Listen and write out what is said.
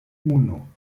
uno